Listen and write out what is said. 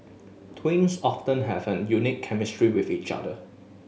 twins often have a unique chemistry with each other